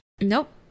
Nope